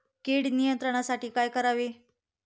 कीड नियंत्रणासाठी काय करावे?